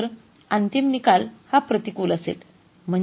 तर अंतिम निकाल हा प्रतिकूल असेल